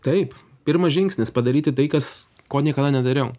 taip pirmas žingsnis padaryti tai kas ko niekada nedariau